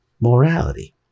morality